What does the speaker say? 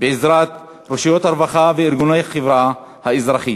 בעזרת רשויות הרווחה וארגוני החברה האזרחית.